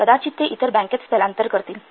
कदाचित ते इतर बँकेत स्थलांतर करतील